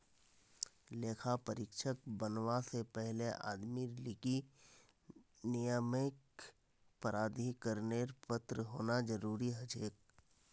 लेखा परीक्षक बनवा से पहले आदमीर लीगी नियामक प्राधिकरनेर पत्र होना जरूरी हछेक